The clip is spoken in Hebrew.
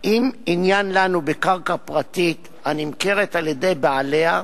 אם עניין לנו בקרקע פרטית הנמכרת על-ידי בעליה,